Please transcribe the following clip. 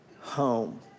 home